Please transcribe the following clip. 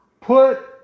put